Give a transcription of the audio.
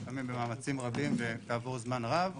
לפעמים במאמצים רבים וכעבור זמן רב,